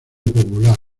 popular